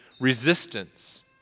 resistance